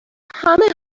همه